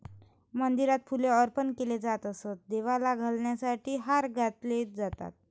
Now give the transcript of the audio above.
मंदिरात फुले अर्पण केली जात असत, देवाला घालण्यासाठी हार घातले जातात